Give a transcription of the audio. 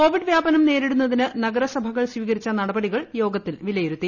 Covid വ്യാപനം നേരിടുന്നതിന് നഗരസഭകൾ സ്വീകരിച്ച നടപ്പൂടികൾ യോഗത്തിൽ വിലയിരുത്തി